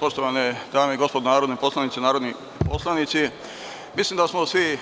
Poštovane dame i gospodo narodi poslanici, mislim da smo svi